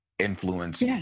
Influence